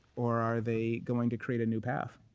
or are they going to create a new path?